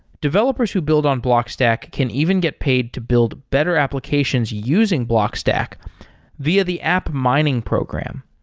developers who build on blockstack can even get paid to build better applications using blockstack via the app mining program.